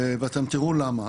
ואתם תראו למה.